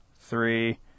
three